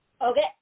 Okay